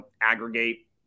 aggregate